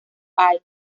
hay